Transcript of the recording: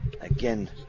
again